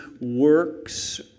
works